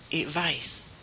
advice